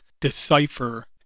decipher